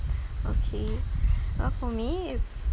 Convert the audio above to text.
okay uh for me it's